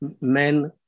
men